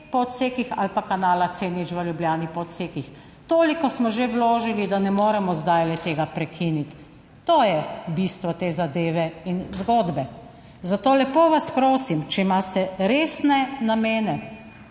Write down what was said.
ali pa kanala C0 v Ljubljani po odsekih. Toliko smo že vložili, da ne moremo zdaj tega prekiniti. To je bistvo te zadeve in zgodbe. Zato lepo vas prosim, če imate resne namene